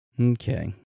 Okay